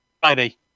Friday